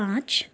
पाँच